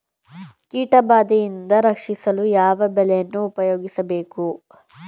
ಕೀಟಬಾದೆಯಿಂದ ರಕ್ಷಿಸಲು ಯಾವ ಬಲೆಯನ್ನು ಉಪಯೋಗಿಸಬೇಕು?